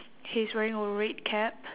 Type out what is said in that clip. he's wearing a red cap